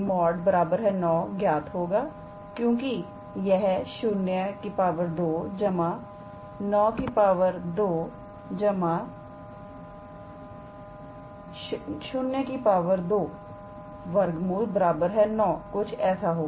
9 ज्ञात होगा क्योंकि यह √0 2 9 2 0 2 9 कुछ ऐसा होगा